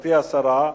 גברתי השרה,